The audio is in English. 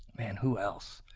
man, who else?